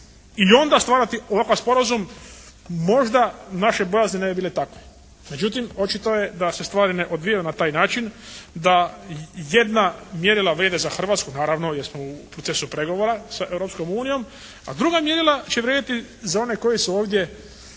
i onda stvarati ovakav sporazum možda naše bojazni ne bi bile takve. Međutim, očito je da se stvari ne odvijaju na taj način, da jedna mjerila vrijede za Hrvatsku, naravno jer smo u procesu pregovora sa Europskom unijom, a druga mjerila će vrijediti za one koji su ovdje